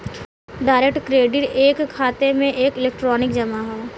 direct credit एक खाते में एक इलेक्ट्रॉनिक जमा हौ